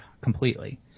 completely